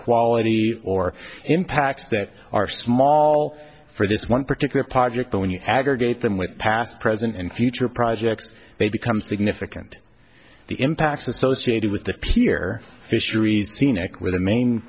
quality or impacts that are small for this one particular project but when you aggregate them with past present and future projects they become significant the impacts associated with the pier fisheries scenic were the main